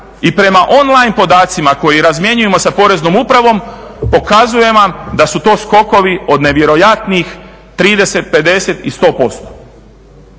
i prema on line podacima koje razmjenjujemo sa Poreznom upravom pokazuje vam da su to skokovi od nevjerojatnih 30, 50 i 100%.